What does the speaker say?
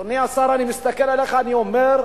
אדוני השר, אני מסתכל עליך, ואני אומר: